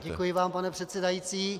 Děkuji vám, pane předsedající.